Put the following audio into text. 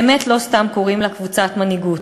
באמת לא סתם קוראים לה קבוצת מנהיגות.